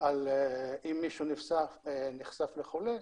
אם מישהו נחשף לחולה.